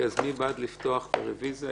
אז מי בעד לקבל את הרוויזיה?